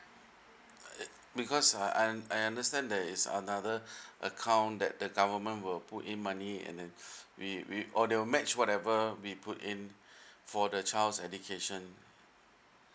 because I I I understand that is another account that the government will put in money and then we we they will match whatever we put in for the child's education